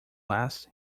last